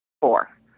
Four